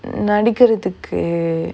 mm நடிகுறதுக்கு:nadikurathukku